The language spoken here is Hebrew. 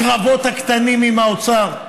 הקרבות הקטנים עם האוצר,